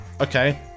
okay